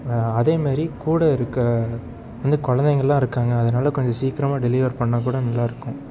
அதேமாதிரி கூட இருக்கற வந்து குழந்தைங்கலாம் இருக்காங்க அதனால கொஞ்சம் சீக்கிரமா டெலிவர் பண்ணிணா கூட நல்லாயிருக்கும்